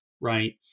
Right